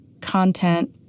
content